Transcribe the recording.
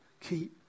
keep